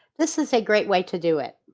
this is a great way to do it.